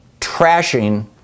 trashing